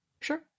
sure